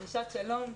דרישת שלום,